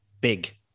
big